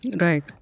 right